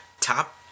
top